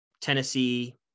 tennessee